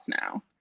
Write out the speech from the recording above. now